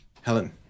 Helen